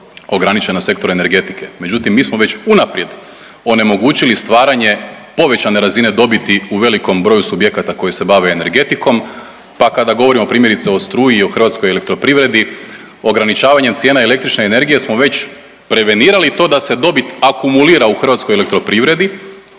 ograničen na sektor energetike. Međutim, mi smo već unaprijed onemogućili stvaranje povećane razine dobiti u velikom broju subjekata koji se bave energetikom, pa kada govorimo primjerice o struji i o Hrvatskoj elektroprivredi ograničavanjem cijena električne energije smo već prevenirali to da se dobit akumulira u Hrvatskoj elektroprivredi